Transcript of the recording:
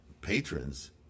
patrons